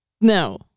No